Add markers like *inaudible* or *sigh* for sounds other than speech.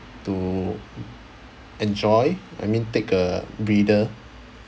to *noise* enjoy I mean take a breather